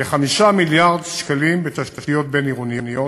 כ-5 מיליארד שקלים בתשתיות בין-עירוניות,